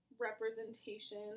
representation